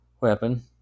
weapon